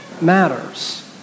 matters